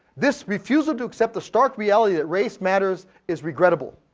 this refusal to accept the stark reality that race matter is regrettable.